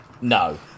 No